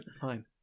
Fine